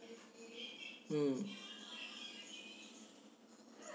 mm